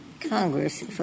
Congress